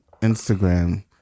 Instagram